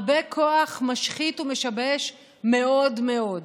הרבה כוח משחית ומשבש מאוד מאוד.